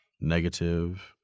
negative